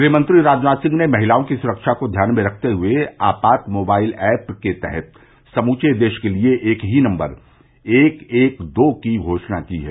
गृहमंत्री राजनाथ सिंह ने महिलाओं की सुरक्षा को ध्यान में रखते हुए आपात मोबाइल ऐप के तहत समूचे देश के लिए एक ही नम्बर एक एक दो की घोषणा की है